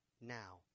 now